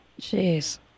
Jeez